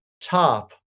top